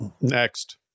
next